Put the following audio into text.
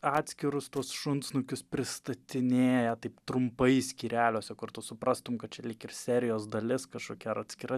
atskirus tuos šunsnukius pristatinėja taip trumpai skyreliuose kur tu suprastum kad čia lyg ir serijos dalis kažkokia ar atskira